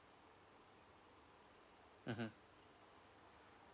mmhmm